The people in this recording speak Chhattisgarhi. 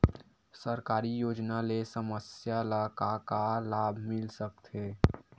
सरकारी योजना ले समस्या ल का का लाभ मिल सकते?